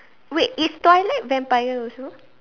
wait is Twilight vampire also